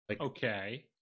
Okay